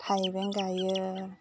थायबें गायो